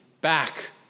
back